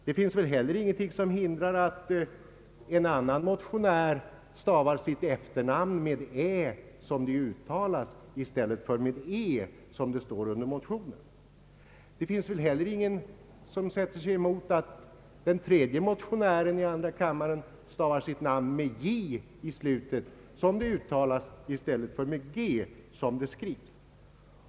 Det finns väl heller ingenting som hindrar en annan motionär att stava sitt efternamn med ä i stället för med e som det står under motionen. Det finns väl heller ingen som sätter sig emot att den tredje motionären i andra kammaren stavar sitt namn med j i slutet, som det uttalas, i stället för med g, som det skrivs.